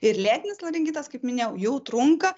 ir lėtinis laringitas kaip minėjau jau trunka